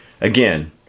Again